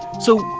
so,